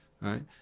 Right